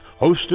hosted